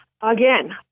again